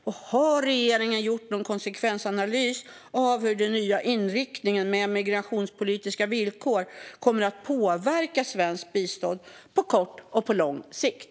Och har regeringen gjort någon konsekvensanalys av hur den nya inriktningen med migrationspolitiska villkor kommer att påverka svenskt bistånd på kort och på lång sikt?